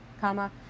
comma